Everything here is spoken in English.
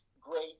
great